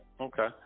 okay